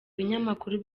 binyamakuru